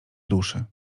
duszy